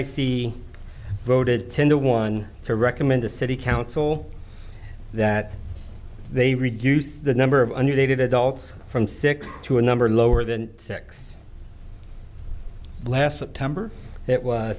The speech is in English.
c voted ten to one to recommend the city council that they reduce the number of under they did adults from six to a number lower than six last september it was